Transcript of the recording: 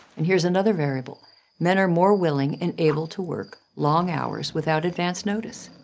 and here's another variable men are more willing and able to work long hours without advance notice.